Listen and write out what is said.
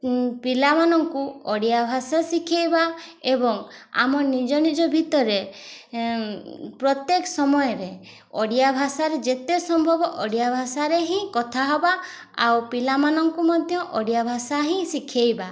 ପିଲାମାନଙ୍କୁ ଓଡ଼ିଆ ଭାଷା ଶିଖେଇବା ଏବଂ ଆମ ନିଜ ନିଜ ଭିତରେ ପ୍ରତ୍ୟେକ ସମୟରେ ଓଡ଼ିଆ ଭାଷାରେ ଯେତେ ସମ୍ଭବ ଓଡ଼ିଆ ଭାଷାରେ ହିଁ କଥା ହେବା ଆଉ ପିଲାମାନଙ୍କୁ ମଧ୍ୟ ଓଡ଼ିଆ ଭାଷା ହିଁ ଶିଖେଇବା